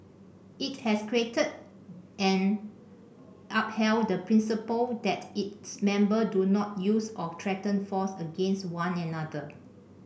it has created and upheld the principle that its member do not use or threaten force against one another